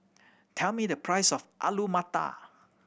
tell me the price of Alu Matar